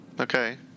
okay